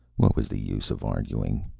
what was the use of arguing?